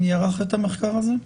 מי ערך את המחקר הזה?